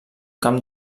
camp